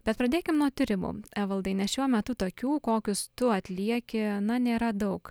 bet pradėkim nuo tyrimų evaldai nes šiuo metu tokių kokius tu atlieki na nėra daug